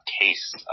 case